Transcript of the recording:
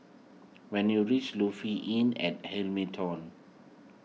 when you reach Lofi Inn at Hamilton